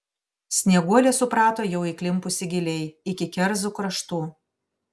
snieguolė suprato jau įklimpusi giliai iki kerzų kraštų